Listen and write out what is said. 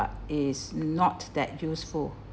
uh is not that useful